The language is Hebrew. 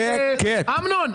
אמנון,